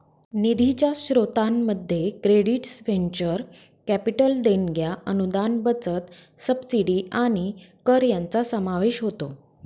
निधीच्या स्त्रोतांमध्ये credits venture capital देणग्या अनुदान बचत सबसिडी आणि कर यांचा समावेश होतो